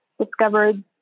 discovered